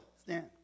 stand